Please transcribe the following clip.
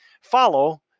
follow